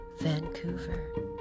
Vancouver